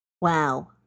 Wow